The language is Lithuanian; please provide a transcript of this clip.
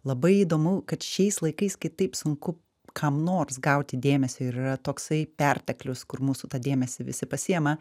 labai įdomu kad šiais laikais kai taip sunku kam nors gauti dėmesio ir yra toksai perteklius kur mūsų tą dėmesį visi pasiima